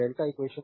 तो delta eq